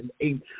eight